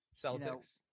Celtics